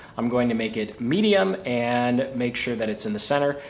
i'm going to make it medium and make sure that it's in the center.